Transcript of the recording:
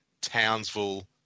Townsville